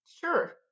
Sure